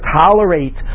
tolerate